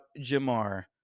Jamar